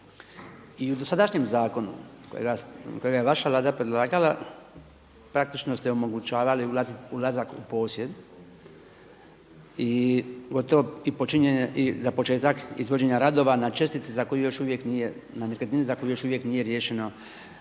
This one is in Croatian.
i u dosadašnjem zakonu kojega je vaša vlada predlagala praktično ste omogućavala ulazak u posjed i za početak izvođenja radova na čestici na nekretnini za koju još uvijek nije riješeno